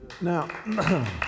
now